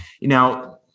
Now